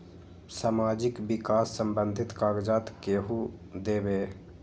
समाजीक विकास संबंधित कागज़ात केहु देबे?